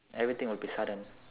everything will be sudden